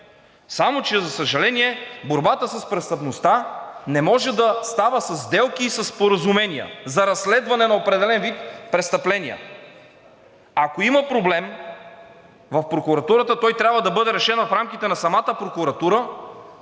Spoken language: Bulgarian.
Само че, за съжаление, борбата с престъпността не може да става със сделки и със споразумения за разследване на определен вид престъпления. Ако има проблем в прокуратурата, той трябва да бъде решен в рамките на самата прокуратура,